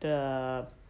the